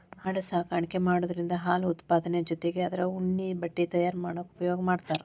ಆಡು ಸಾಕಾಣಿಕೆ ಮಾಡೋದ್ರಿಂದ ಹಾಲು ಉತ್ಪಾದನೆ ಜೊತಿಗೆ ಅದ್ರ ಉಣ್ಣೆ ಬಟ್ಟೆ ತಯಾರ್ ಮಾಡಾಕ ಉಪಯೋಗ ಮಾಡ್ತಾರ